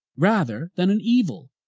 rather than an evil?